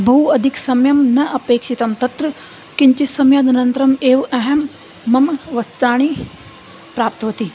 बहु अधिकसमयं न अपेक्षितं तत्र किञ्चित् समयात् अनन्तरम् एव अहं मम वस्त्राणि प्राप्तवती